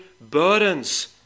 burdens